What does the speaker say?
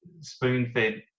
spoon-fed